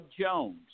Jones